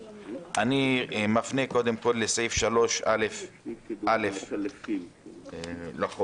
אני מפנה קודם כול לסעיף 3א(א) לחוק,